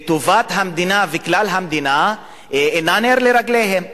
וטובת המדינה וכלל המדינה אינם נר לרגליהם.